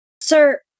Sir